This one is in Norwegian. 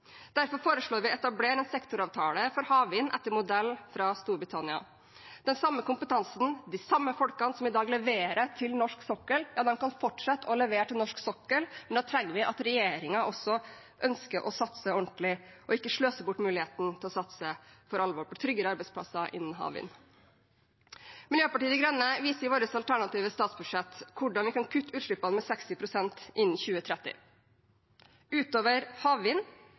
Derfor foreslår vi å etablere en sektoravtale for havvind etter modell fra Storbritannia. Den samme kompetansen, de samme folkene, som i dag leverer til norsk sokkel, kan fortsette å levere til norsk sokkel, men da trenger vi at regjeringen også ønsker å satse ordentlig og ikke sløser bort muligheten til å satse for alvor på tryggere arbeidsplasser innen havvind. Miljøpartiet De Grønne viser i sitt alternative statsbudsjett hvordan vi kan kutte utslippene med 60 pst. innen 2030. Utover havvind,